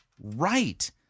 right